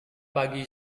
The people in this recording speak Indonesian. pagi